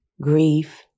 grief